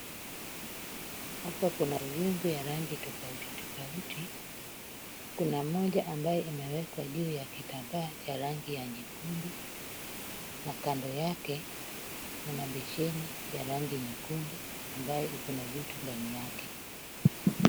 Hapa kuna vyungu vya rangi tofauti tofauti. Kuna moja ambayo imewekwa juu ya kitambaa cha rangi ya nyekundu na kando yake kuna besheni ya rangi nyekundu ambayo iko na vitu ndani yake.